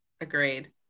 Agreed